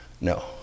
No